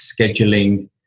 scheduling